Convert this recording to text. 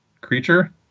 creature